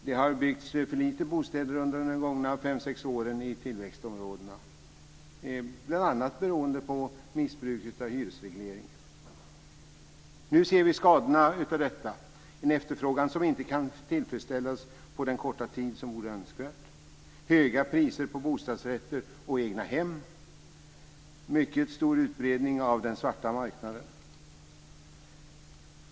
Det har byggts för få bostäder under de gångna fem sex åren i tillväxtområdena, bl.a. beroende på missbruket av hyresregleringen. Nu ser vi skadorna av detta: en efterfrågan som inte kan tillfredsställas på den korta tid som vore önskvärt, höga priser på bostadsrätter och egnahem och mycket stor utbredning av den svarta marknaden.